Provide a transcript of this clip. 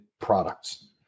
products